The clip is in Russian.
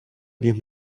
объем